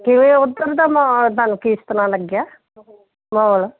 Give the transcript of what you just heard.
ਕਿ ਉੱਧਰ ਦਾ ਮਹੌਲ ਤੁਹਾਨੂੰ ਕਿਸ ਤਰਰ੍ਹਾਂ ਲੱਗਿਆ ਮਹੌਲ